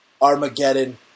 Armageddon